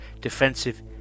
defensive